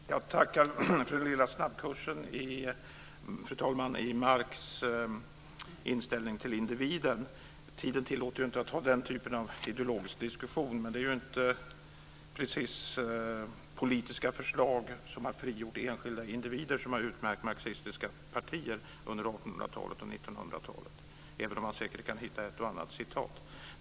Fru talman! Jag tackar för den lilla snabbkursen i Marx inställning till individen. Tiden tillåter oss inte att ha den typen av ideologisk diskussion. Men det är ju inte precis politiska förslag som har frigjort enskilda individer som har utmärkt marxistiska partier under 1800-talet och 1900-talet, även om man säkert kan hitta en och annan formulering.